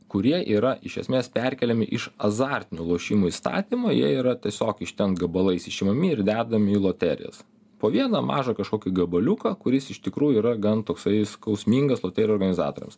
kurie yra iš esmės perkeliami iš azartinių lošimų įstatymo jie yra tiesiog iš ten gabalais išimami ir dedami į loterijas po vieną mažą kažkokį gabaliuką kuris iš tikrųjų yra gan toksai skausmingas loterijų organizatoriams